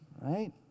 Right